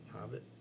Hobbit